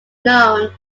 known